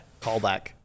callback